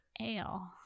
ale